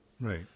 right